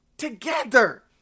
together